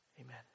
Amen